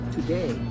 Today